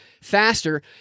faster